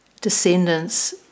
descendants